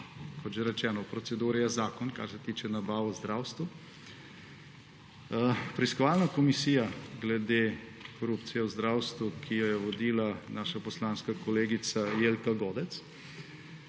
Ko že rečeno, v proceduri je zakon, kar se tiče nabav v zdravstvu. Preiskovalna komisija glede korupcije v zdravstvu, ki jo je vodila naša poslanska kolegica Jelka Godec,